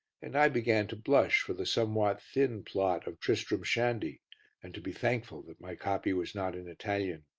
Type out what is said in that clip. and i began to blush for the somewhat thin plot of tristram shandy and to be thankful that my copy was not in italian.